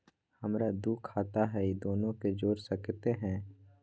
हमरा दू खाता हय, दोनो के जोड़ सकते है?